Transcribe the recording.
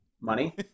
Money